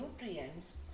nutrients